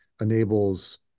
enables